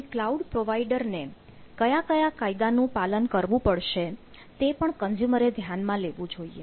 કોઈ cloud provider ને કયા કયા કાયદાનું પાલન કરવું પડશે તે પણ કન્ઝ્યુમરે ધ્યાનમાં લેવું જોઈએ